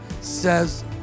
says